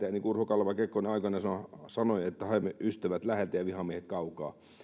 ja niin kuin urho kaleva kekkonen aikoinaan sanoi haemme ystävät läheltä ja vihamiehet kaukaa